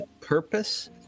purpose